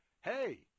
Hey